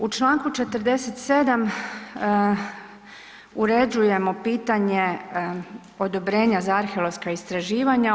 U čl. 47. uređujemo pitanje odobrenja za arheološka istraživanja.